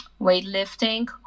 weightlifting